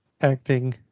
acting